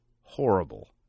horrible